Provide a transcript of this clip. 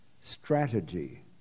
strategy